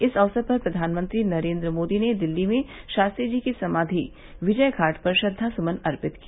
इस अवसर पर प्रधानमंत्री नरेंद्र मोदी ने दिल्ली में शास्त्री जी की समाधि विजयाद पर श्रद्वासमन अर्पित की